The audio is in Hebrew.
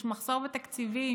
יש מחסור בתקציבים,